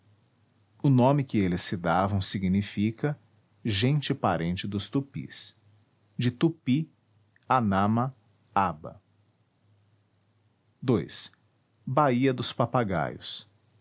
o nome que eles se davam significa gente parente dos tupis de tupi anama aba ii baía dos papagaios